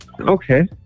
Okay